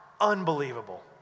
Unbelievable